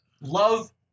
love